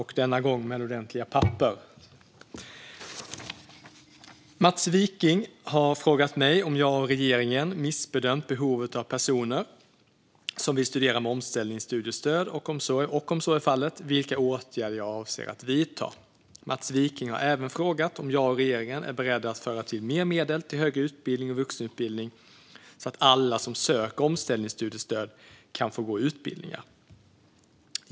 har frågat mig om jag och regeringen missbedömt behovet av personer som vill studera med omställningsstudiestöd och, om så är fallet, vilka åtgärder jag avser att vidta. Mats Wiking har även frågat om jag och regeringen är beredda att föra till mer medel till högre utbildning och vuxenutbildning så att alla som söker omställningsstudiestöd kan få gå utbildningar.